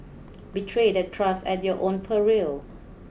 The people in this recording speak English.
betray that trust at your own peril